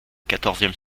quatorzième